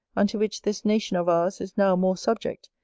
unto which this nation of ours is now more subject,